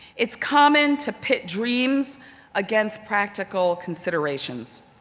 it's common to pit dreams against practical considerations.